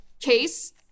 case